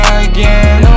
again